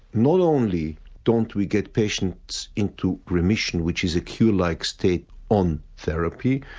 not only don't we get patients into remission which is a cure like state on therapy,